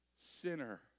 sinner